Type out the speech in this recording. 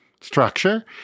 structure